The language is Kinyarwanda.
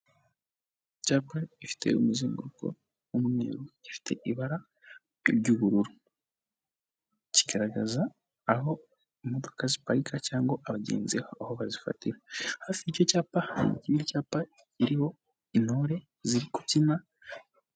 Icyapa ifite umuzenguruko umwe, gifite ibara ry'ubururu. Kigaragaza aho imodoka ziparika cyangwa abagenzi aho bazifatira. Hafi y'icyo cyapa hari ikindi cyapa kiriho intore ziri kubyina...